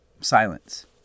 Silence